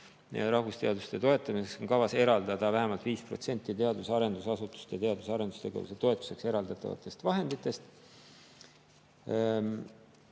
Rahvusteaduste toetamiseks on kavas eraldada vähemalt 5% teadus‑ ja arendusasutuste teadus‑ ja arendustegevuse toetuseks eraldatavatest vahenditest.